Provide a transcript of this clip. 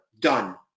done